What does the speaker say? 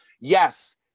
Yes